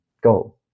go